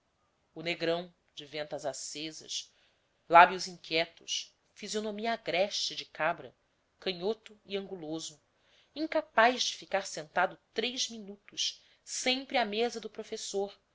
o negrão de ventas acesas lábios inquietos fisionomia agreste de cabra canhoto e anguloso incapaz de ficar sentado três minutos sempre à mesa do professor